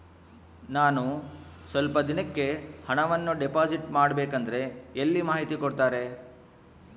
ನಾನು ಸ್ವಲ್ಪ ದಿನಕ್ಕೆ ಹಣವನ್ನು ಡಿಪಾಸಿಟ್ ಮಾಡಬೇಕಂದ್ರೆ ಎಲ್ಲಿ ಮಾಹಿತಿ ಕೊಡ್ತಾರೆ?